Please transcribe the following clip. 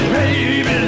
Baby